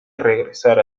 regresar